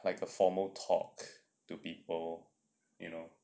like a formal talk to people you know